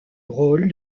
rôle